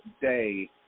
day